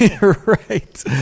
Right